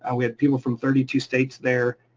and we had people from thirty two states there,